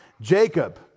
Jacob